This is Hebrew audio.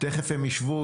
תכף הם יישבו,